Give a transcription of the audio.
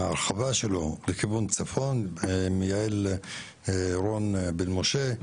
ההרחבה שלו לכיוון צפון מיעל רון בן משה,